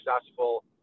successful